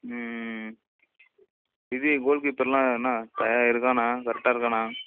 ம்ம்ம் இது கோல்கீப்பரெலாம் என்ன பய இருக்கானா கரெக்டாக இருக்கானா